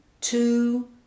two